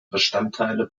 bestandteile